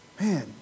Man